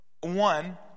One